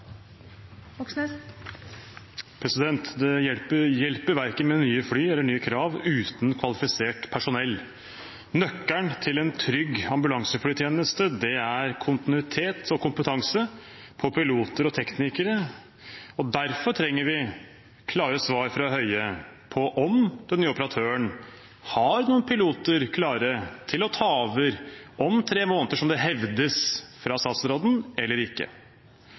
Moxnes har hatt ordet to ganger tidligere og får ordet til en kort merknad, begrenset til 1 minutt. Det hjelper verken med nye fly eller nye krav uten kvalifisert personell. Nøkkelen til en trygg ambulanseflytjeneste er kontinuitet og kompetanse for piloter og teknikere. Derfor trenger vi klare svar fra Høie på om den nye operatøren har piloter klare til å ta over om tre måneder, som det hevdes fra statsråden,